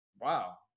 wow